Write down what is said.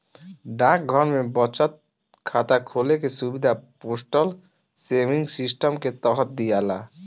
डाकघर में बचत खाता खोले के सुविधा पोस्टल सेविंग सिस्टम के तहत दियाला